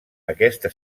aquesta